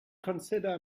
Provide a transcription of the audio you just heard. consider